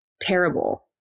terrible